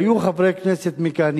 והיו חברי כנסת מכאן,